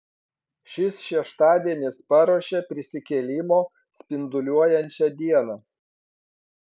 šis šeštadienis paruošia prisikėlimo spinduliuojančią dieną